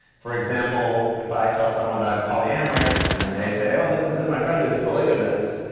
for example, if i tell someone that i'm polyamorous, and then they say, oh, this my friend who's polygamous.